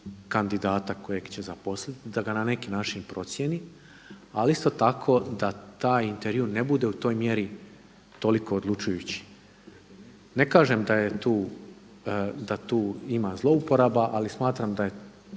kandidata kojeg će zaposliti, da ga na neki način procijeni. Ali isto tako da taj intervju ne bude u toj mjeri toliko odlučujući. Ne kažem da tu ima zlouporaba, ali smatram da je